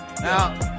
Now